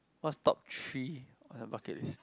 what's top three on your bucket list